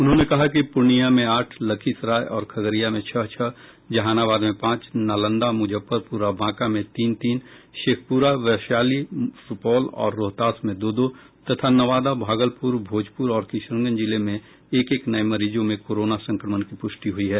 उन्होंने कहा कि पूर्णिया में आठ लखीसराय और खगड़िया में छह छह जहानाबाद में पांच नालंदा मुजफ्फरपुर और बांका में तीन तीन शेखपुरा वैशाली सुपौल और रोहतास में दो दो तथा नवादा भागलपुर भोजपुर और किशनगंज जिले में एक एक नये मरीजों में कोरोना संक्रमण की पुष्टि हुई है